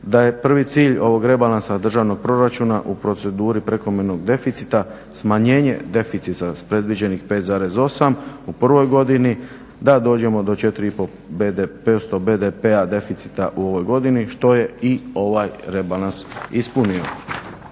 da je prvi cilj ovog rebalansa državnog proračuna u proceduri prekomjernog deficita, smanjenje deficita sa predviđenih 5,8 u prvoj godini da dođemo do 4,5 …/Govornik se ne razumije./… BDP-a deficita u ovoj godini što je i ovaj rebalans ispunio.